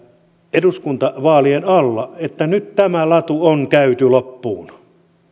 eduskuntavaalien alla että nyt tämä latu on käyty loppuun